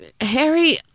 Harry